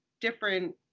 different